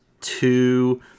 Two